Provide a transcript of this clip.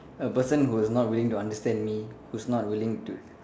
a person who is not willing to understand me who's not willing to